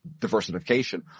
diversification